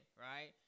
right